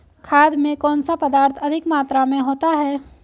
खाद में कौन सा पदार्थ अधिक मात्रा में होता है?